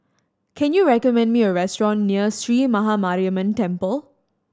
can you recommend me a restaurant near Sree Maha Mariamman Temple